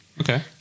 Okay